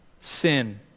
sin